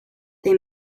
they